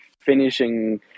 finishing